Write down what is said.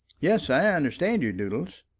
yes i understand you, doodles.